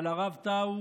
אבל הרב טאו